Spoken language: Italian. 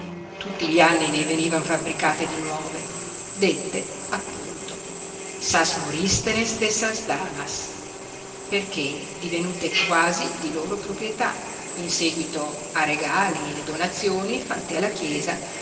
fabbricate di nuove dette appunto sas muristenes de sas damas perché divenute quasi di loro proprietà in seguito a regali e donazioni fatte alla chiesa